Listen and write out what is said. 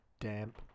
damp